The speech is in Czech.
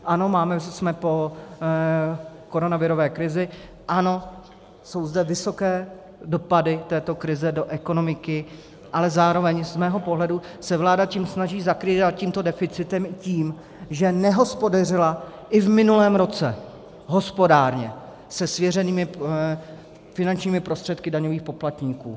Ano, jsme po koronavirové krizi, ano, jsou zde vysoké dopady této krize do ekonomiky, ale zároveň z mého pohledu se vláda snaží zakrývat tímto deficitem, že nehospodařila i v minulém roce hospodárně se svěřenými finančními prostředky daňových poplatníků.